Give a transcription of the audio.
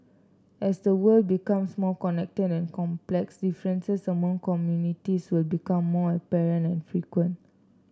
as the world becomes more connected and complex differences among communities will become more apparent and frequent